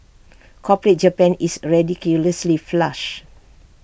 corporate Japan is A ridiculously flush